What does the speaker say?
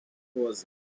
was